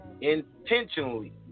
intentionally